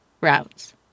routes